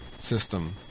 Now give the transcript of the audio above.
system